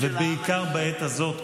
ובעיקר בעת הזאת,